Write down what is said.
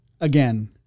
again